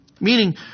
meaning